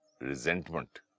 resentment